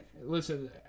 Listen